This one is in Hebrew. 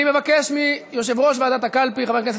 אני מבקש מיושב-ראש ועדת הקלפי חבר הכנסת